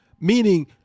Meaning